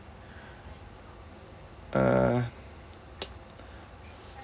uh